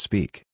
Speak